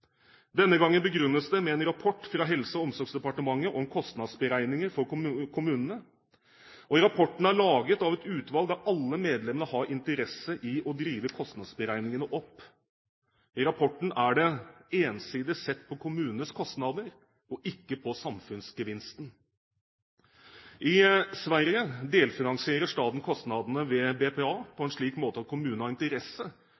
Denne gangen begrunnes det med en rapport fra Helse- og omsorgsdepartementet om kostnadsberegninger for kommunene. Rapporten er laget av et utvalg der alle medlemmene har interesse av å drive kostnadsberegningene opp. I rapporten er det ensidig sett på kommunenes kostnader, og ikke på samfunnsgevinsten. I Sverige delfinansierer staten kostnadene ved BPA